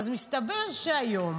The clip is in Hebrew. אז מסתבר שהיום